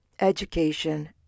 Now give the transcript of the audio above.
education